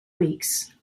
weeks